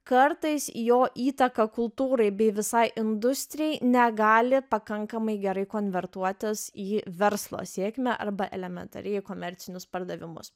kartais jo įtaka kultūrai bei visai industrijai negali pakankamai gerai konvertuotis į verslo sėkmę arba elementariai į komercinius pardavimus